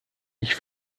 ich